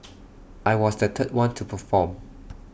I was the third one to perform